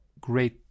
great